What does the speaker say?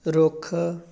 ਰੁੱਖ